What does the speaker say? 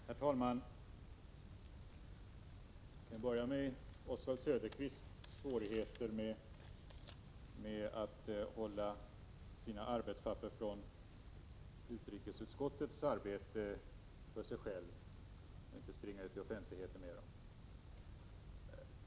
Herr talman! Jag börjar med Oswald Söderqvists svårigheter att hålla sina arbetspapper från utrikesutskottet för sig själv och inte springa ut till offentligheten med dem.